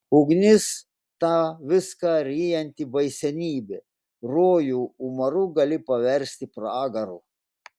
ugnis ta viską ryjanti baisenybė rojų umaru gali paversti pragaru